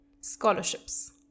scholarships